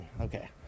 okay